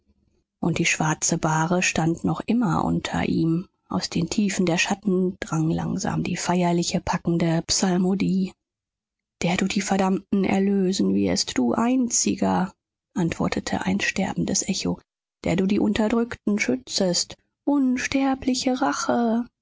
und die schwarze bahre stand noch immer unter ihm aus den tiefen der schatten drang langsam die feierliche packende psalmodie der du die verdammten erlösen wirst du einziger antwortete ein sterbendes echo der du die unterdrückten schützest unsterbliche rache